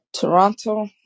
Toronto